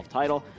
title